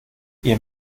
ihr